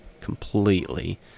completely